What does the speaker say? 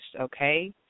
Okay